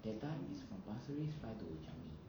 that time is from pasir ris fly to changi